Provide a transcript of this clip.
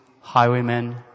highwaymen